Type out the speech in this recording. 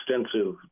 extensive